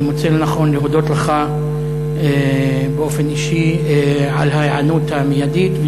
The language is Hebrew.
אני מוצא לנכון להודות לך אישית על ההיענות המיידית,